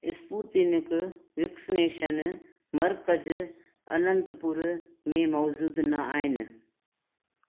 Sputnik vaccination मर्कज़ अनंतपुर में मौज़ूदु न आहिनि